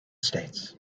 states